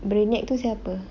Brainiac tu siapa